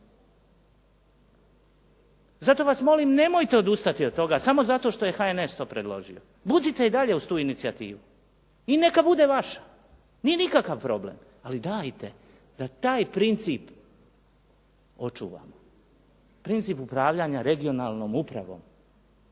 Zato vas molim nemojte odustati od toga samo zato što je HNS to predložio. Budite i dalje uz tu inicijativu. I neka bude vaša. Nije nikakav problem, ali dajte da taj princip očuva, princip upravljanja regionalnom upravom